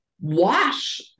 wash